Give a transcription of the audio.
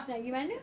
nak pergi mana